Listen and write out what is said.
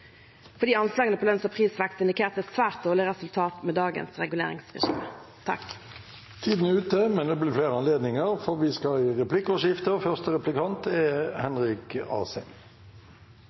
fordi anslagene på lønns- og prisvekst indikerte et svært dårlig resultat med dagens reguleringsregime. Det blir replikkordskifte. La meg begynne med å ønske statsråden velkommen til Stortinget i en ny rolle. Vi